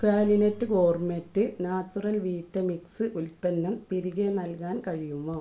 ക്വാലി nut gourmet natural Vita mix ഉൽപ്പന്നം തിരികെ നൽകാൻ കഴിയുമോ